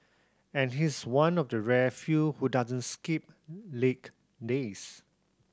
and he's one of the rare few who doesn't skip leg days